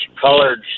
colored